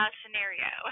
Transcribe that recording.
scenario